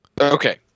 Okay